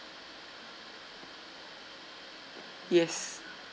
yes